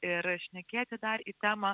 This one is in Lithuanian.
ir šnekėti dar į temą